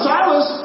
Silas